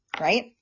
right